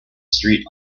street